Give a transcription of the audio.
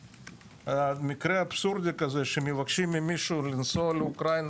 מקרה אבסורדי כזה שמבקשים ממישהו לנסוע לאוקראינה,